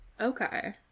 Okay